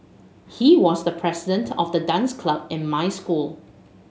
he was the president of the dance club in my school